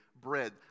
bread